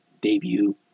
debut